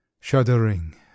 shuddering